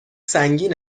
سنگین